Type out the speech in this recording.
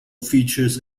features